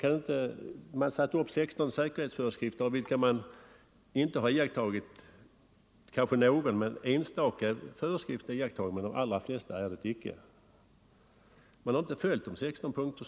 Av de 16 säkerhetsföreskrifter som sattes upp har kanske någon enstaka iakttagits, men inte de väsentligaste.